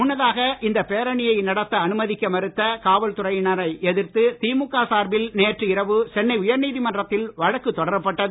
முன்னதாக இந்த பேரணியை நடத்த அனுமதிக்க மறுத்த காவல்துறையினரை எதிர்த்து திமுக சார்பில் நேற்று இரவு சென்னை உயர்நீதிமன்றத்தில் வழக்கு தொடரப்பட்டது